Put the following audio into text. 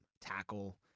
Tackle